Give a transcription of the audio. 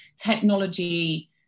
technology